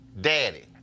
daddy